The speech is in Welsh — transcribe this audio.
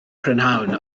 prynhawn